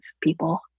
people